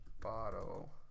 bottle